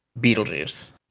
Beetlejuice